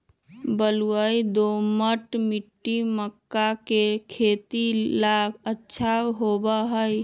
बलुई, दोमट मिट्टी मक्का के खेती ला अच्छा होबा हई